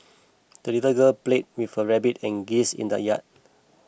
the little girl played with her rabbit and geese in the yard